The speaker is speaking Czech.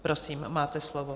Prosím, máte slovo.